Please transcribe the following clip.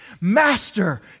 Master